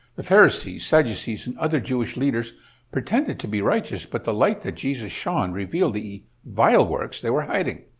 the pharisees, sadducees and other jewish leaders pretended to be righteous, but the light that jesus shown revealed the vile works they were hiding.